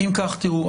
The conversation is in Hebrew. אם כך תראו,